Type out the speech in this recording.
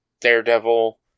Daredevil